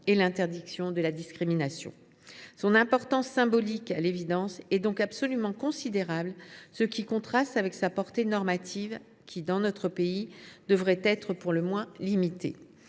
et l’interdiction de la discrimination. Son importance symbolique est donc à l’évidence absolument considérable, ce qui contraste avec sa portée normative qui, dans notre pays, devrait être pour le moins limitée.